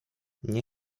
nie